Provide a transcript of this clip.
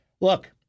Look